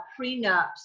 prenups